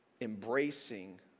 embracing